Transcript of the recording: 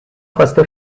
خواسته